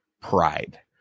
pride